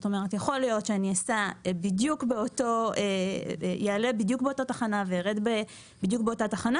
יכול להיות שאני אעלה בדיוק באותה תחנה וארד באותה תחנה